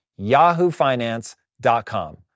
yahoofinance.com